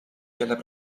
kellele